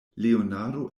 leonardo